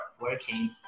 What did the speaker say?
working